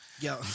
yo